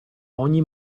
ogni